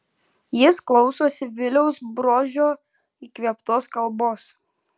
jis klausosi viliaus bruožio įkvėptos kalbos